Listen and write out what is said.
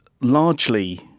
largely